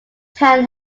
town